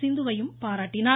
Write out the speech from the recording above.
சிந்துவையும் பாராட்டினார்